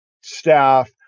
staff